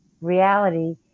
reality